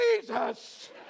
Jesus